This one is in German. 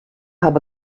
habe